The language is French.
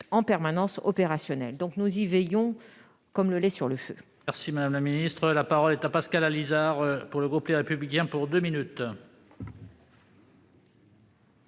en permanence opérationnels ; nous surveillons cela comme le lait sur le feu.